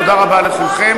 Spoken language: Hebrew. תודה רבה לכולכם.